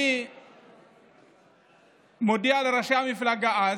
אני מודיע לראשי המפלגה אז,